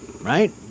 right